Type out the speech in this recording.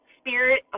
spirit